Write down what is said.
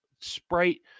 Sprite